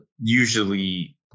usually